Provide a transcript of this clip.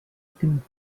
tinc